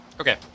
Okay